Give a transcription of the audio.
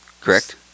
correct